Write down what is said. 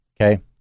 Okay